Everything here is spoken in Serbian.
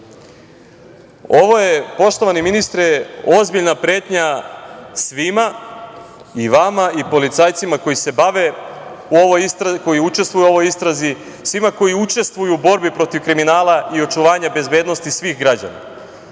je, poštovani ministre, ozbiljna pretnja svima i vama i policajcima koji učestvuju u ovoj istrazi, svima koji učestvuju u borbi protiv kriminala i očuvanja bezbednosti svih građana.